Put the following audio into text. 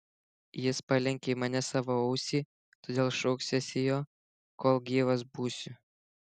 jis palenkė į mane savo ausį todėl šauksiuosi jo kol gyvas būsiu